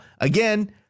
again